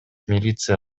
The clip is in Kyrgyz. милиция